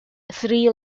three